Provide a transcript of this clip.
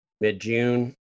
mid-June